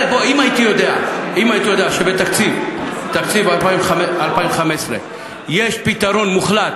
אם הייתי יודע שבתקציב 2015 יש פתרון מוחלט